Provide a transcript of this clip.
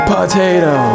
Potato